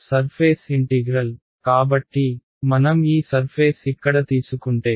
surface integral కాబట్టి మనం ఈ సర్ఫేస్ ఇక్కడ తీసుకుంటే